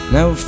Now